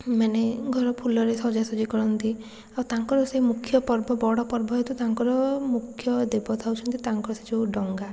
ମାନେ ଘର ଫୁଲରେ ସଜାସଜି କରନ୍ତି ଆଉ ତାଙ୍କର ସେ ମୁଖ୍ୟ ପର୍ବ ବଡ଼ ପର୍ବ ହେତୁ ତାଙ୍କର ମୁଖ୍ୟ ଦେବତା ହେଉଛନ୍ତି ତାଙ୍କର ସେ ଯେଉଁ ଡଙ୍ଗା